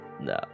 No